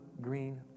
green